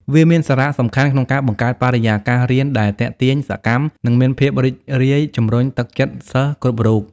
វាមានសារៈសំខាន់ក្នុងការបង្កើតបរិយាកាសរៀនដែលទាក់ទាញ សកម្ម និងមានភាពរីករាយ ជម្រុញទឹកចិត្តសិស្សគ្រប់រូប។